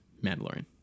Mandalorian